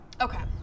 Okay